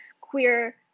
queer